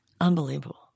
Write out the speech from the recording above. Unbelievable